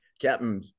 Captain